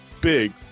big